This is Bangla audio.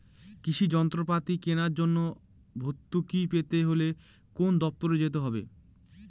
কৃষি যন্ত্রপাতি কেনার জন্য ভর্তুকি পেতে হলে কোন দপ্তরে যেতে হবে?